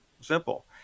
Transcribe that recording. simple